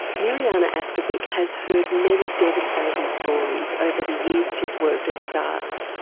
mirjana askovic has heard many devastating stories over the years she's worked at startts,